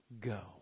Go